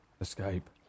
escape